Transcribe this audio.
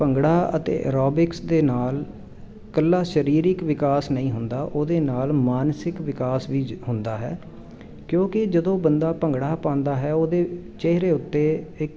ਭੰਗੜਾ ਅਤੇ ਐਰੋਬਿਕਸ ਦੇ ਨਾਲ ਇਕੱਲਾ ਸਰੀਰਕ ਵਿਕਾਸ ਨਹੀਂ ਹੁੰਦਾ ਉਹਦੇ ਨਾਲ ਮਾਨਸਿਕ ਵਿਕਾਸ ਵੀ ਜ ਹੁੰਦਾ ਹੈ ਕਿਉਂਕਿ ਜਦੋਂ ਬੰਦਾ ਭੰਗੜਾ ਪਾਉਂਦਾ ਹੈ ਉਹਦੇ ਚਿਹਰੇ ਉੱਤੇ ਇੱਕ